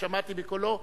ושמעתי בקולו,